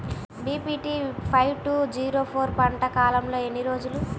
BPT five two zero four పంట కాలంలో ఎన్ని రోజులు?